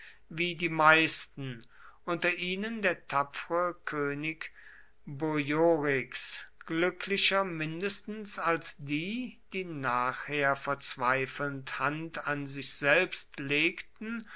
wie die meisten unter ihnen der tapfere könig boiorix glücklicher mindestens als die die nachher verzweifelnd hand an sich selbst legten